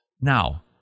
Now